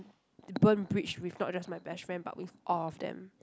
burn bridge with not just my best friend but with all of them